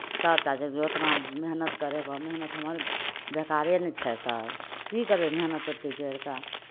सभटा चलि गेलै ओतना मेहनत करयपर मेहनत हमर बेकारे ने छै सर की करबै मेहनत ओतेक करि कऽ